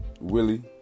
Willie